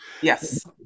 Yes